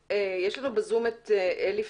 את אנשי